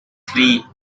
three